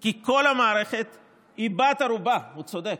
כי כל המערכת היא בת ערובה, הוא צודק,